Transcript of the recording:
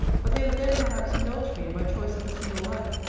but they would then perhaps indulge me in my choice of a single life,